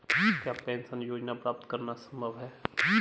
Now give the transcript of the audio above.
क्या पेंशन योजना प्राप्त करना संभव है?